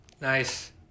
Nice